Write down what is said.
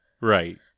right